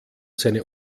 seine